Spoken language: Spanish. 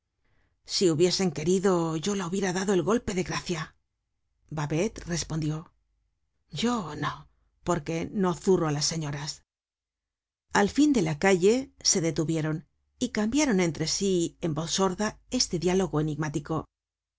si hubiesen querido yo la hubiera dado el golpe de gracia babet respondió yo no porque no zurro á las señoras al fin de la calle se detuvieron y cambiaron entre sí en voz sorda este diálogo enigmático